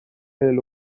فعل